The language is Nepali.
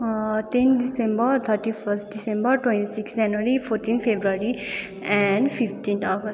तिन December thirty first December twenty six January fourteen February and fifteen August